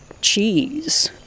cheese